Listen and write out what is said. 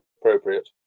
appropriate